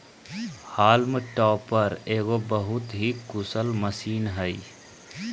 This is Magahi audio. हॉल्म टॉपर एगो बहुत ही कुशल मशीन हइ